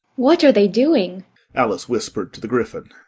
what are they doing alice whispered to the gryphon.